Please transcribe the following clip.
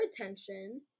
attention